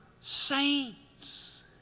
saints